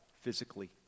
physically